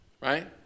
right